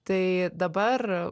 tai dabar